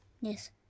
Yes